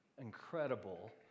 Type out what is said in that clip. incredible